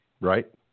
right